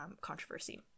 controversy